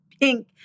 pink